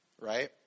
Right